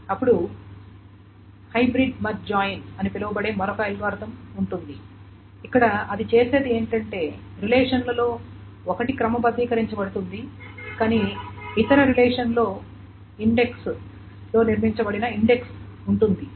అప్పుడు hybrid merge join అని పిలువబడే మరొక అల్గోరిథం ఉంది ఇక్కడ అది చేసేది ఏమిటంటే రిలేషన్లలో ఒకటి క్రమబద్ధీకరించబడుతుంది కానీ ఇతర సంబంధంలో ఇండెక్స్ లో నిర్మించబడిన ఇండెక్స్ ఉంటుంది